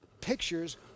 pictures